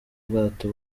ubwato